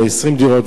ל-20 דירות,